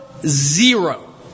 zero